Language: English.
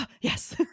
yes